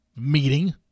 meeting